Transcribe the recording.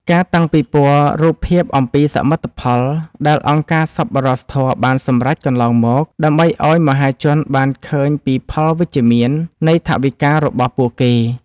ការតាំងពិព័រណ៍រូបភាពអំពីសមិទ្ធផលដែលអង្គការសប្បុរសធម៌បានសម្រេចកន្លងមក ដើម្បីឱ្យមហាជនបានឃើញពីផលវិជ្ជមាននៃថវិការបស់ពួកគេ។